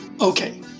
Okay